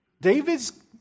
David's